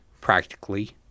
practically